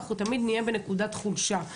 תמיד נהיה בנקודת חולשה.